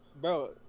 Bro